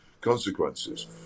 consequences